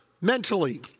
mentally